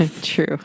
true